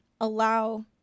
allow